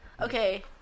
okay